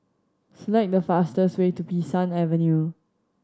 select the fastest way to Bee San Avenue